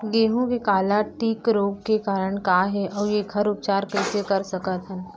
गेहूँ के काला टिक रोग के कारण का हे अऊ एखर उपचार कइसे कर सकत हन?